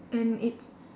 and it's